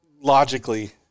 logically